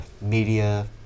media